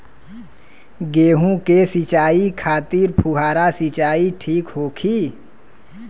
गेहूँ के सिंचाई खातिर फुहारा सिंचाई ठीक होखि?